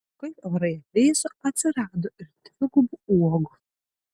o kai orai atvėso atsirado ir dvigubų uogų